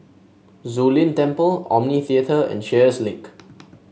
Zu Lin Temple Omni Theatre and Sheares Link